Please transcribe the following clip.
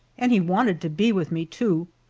and he wanted to be with me, too,